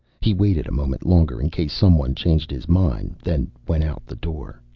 he waited a moment longer in case someone changed his mind, then went out the door.